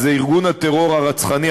אז ארגון הטרור הרצחני,